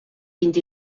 vint